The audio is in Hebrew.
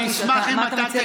אני אשמח אם אתה,